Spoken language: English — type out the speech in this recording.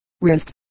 wrist